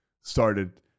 started